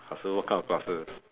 I also work out quite often